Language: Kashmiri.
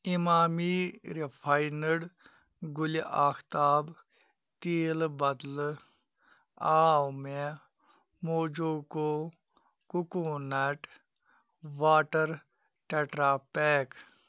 اِمامی رِفاینٕڈ گُلہِ آختاب تیٖلہٕ بدلہٕ آو مےٚ موجوکو کُکوٗنَٹ واٹَر ٹٮ۪ٹرٛا پیک